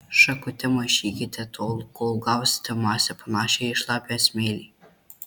šakute maišykite tol kol gausite masę panašią į šlapią smėlį